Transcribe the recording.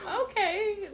Okay